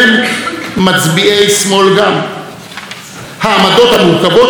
העמדות המורכבות שלנו הן גם הדבק בינינו,